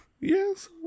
Yes